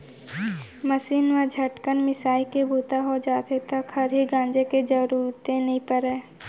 machine म झटकन मिंसाइ के बूता हो जाथे त खरही गांजे के जरूरते नइ परय